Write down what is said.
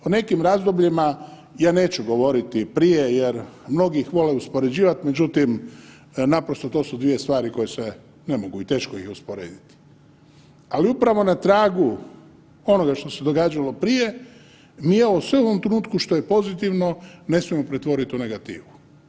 U nekim razdobljima ja neću govoriti prije, jer mnogi ih vole uspoređivati, naprosto to su dvije stvari koje se ne mogu i teško ih je usporediti, ali upravo na tragu onoga što se događalo prije, mi ovo sve u ovom trenutku što je pozitivno ne smijemo pretvoriti u negativu.